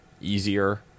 easier